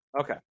Okay